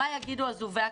מה יגידו אזובי הקיר?